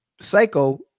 psycho